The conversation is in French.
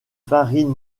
farine